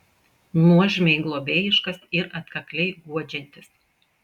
nuožmiai globėjiškas ir atkakliai guodžiantis